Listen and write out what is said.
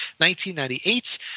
1998